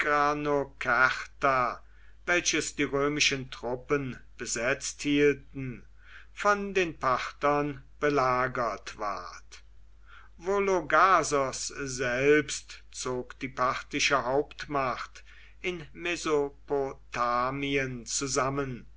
welches die römischen truppen besetzt hielten von den parthern belagert ward vologasos selbst zog die parthische hauptmacht in mesopotamien zusammen